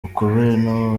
ukubiri